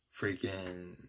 freaking